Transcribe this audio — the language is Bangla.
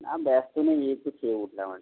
না ব্যস্ত নই এই একটু খেয়ে উঠলাম আর কি